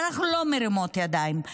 ואנחנו לא מרימות ידיים,